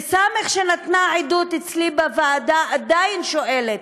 וס', שנתנה עדות אצלי בוועדה, עדיין שואלת: